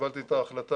קיבלתי את ההחלטה,